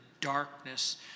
darkness